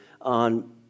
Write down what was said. on